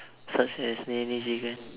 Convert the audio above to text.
such as NeNe-chicken